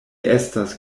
estas